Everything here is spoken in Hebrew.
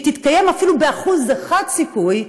שהיא תתקיים אפילו ב-1% סיכוי,